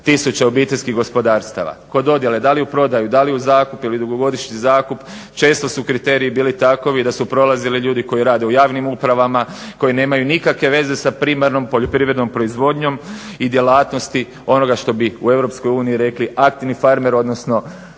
tisuća obiteljskih gospodarstava. Kod dodjele, da li u prodaju, da li u zakup ili dugogodišnji zakup često su kriteriji bili takvi da su prolazili ljudi koji rade u javnim upravama, koji nemaju nikakve veze sa primarnom poljoprivrednom proizvodnjom i djelatnosti onoga što bi u EU rekli aktivni farmer, odnosno